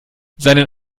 seinen